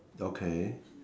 okay